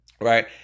Right